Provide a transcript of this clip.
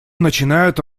начинают